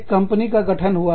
एक कंपनी का गठन हुआ